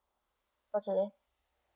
okay